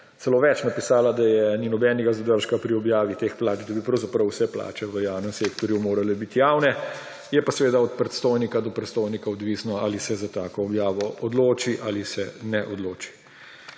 celo napisala, da ni nobenega zadržki pri objavi teh plač, da bi pravzaprav vse plače v javnem sektorju morale biti javne, je pa seveda od predstojnika do predstojnika odvisno, ali se za tako objavo odloči ali se ne odloči.